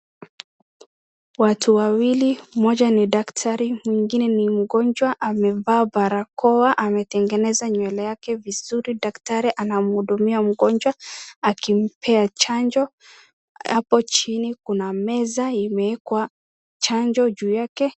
Watu wawili mmoja ni daktari, mwingine ni mgonjwa amevaa barakoa ametegeneza nywele yake vizuri. Daktari anamhudumia mgonjwa akimpea chanjo. Hapo chini kuna meza imeekwa chanjo juu yake.